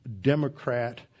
Democrat